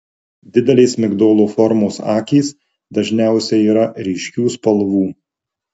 didelės migdolo formos akys dažniausiai yra ryškių spalvų